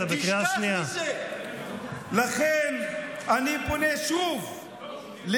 על אפך ועל